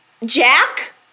Jack